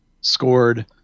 scored